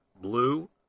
blue